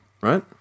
Right